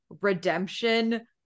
redemption